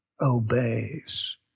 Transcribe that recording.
obeys